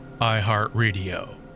iHeartRadio